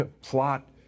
plot